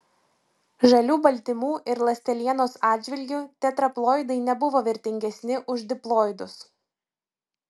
žalių baltymų ir ląstelienos atžvilgiu tetraploidai nebuvo vertingesni už diploidus